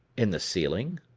in the ceiling?